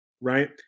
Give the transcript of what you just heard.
right